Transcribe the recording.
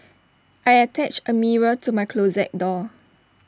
I attached A mirror to my closet door